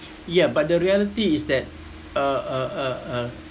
yeah but the reality is that uh uh uh uh